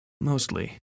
mostly